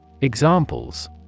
Examples